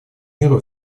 миру